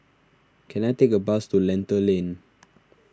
can I take a bus to Lentor Lane